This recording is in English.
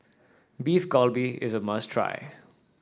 Beef Galbi is a must try